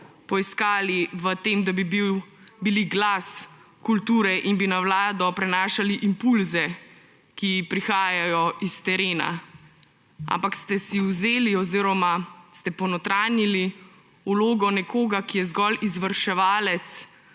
poiskali v tem, da bi bili glas kulture in bi na Vlado prenašali impulze, ki prihajajo s terena, ampak ste si vzeli oziroma ste ponotranjili vlogo nekoga, ki je zgolj izvrševalec